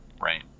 right